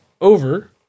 over